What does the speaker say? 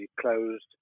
closed